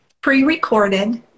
pre-recorded